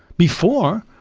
before,